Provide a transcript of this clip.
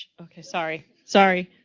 okay, sorry, sorry.